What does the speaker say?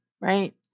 right